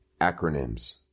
Acronyms